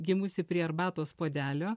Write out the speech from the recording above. gimusi prie arbatos puodelio